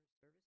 service